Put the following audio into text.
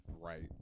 right